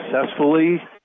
successfully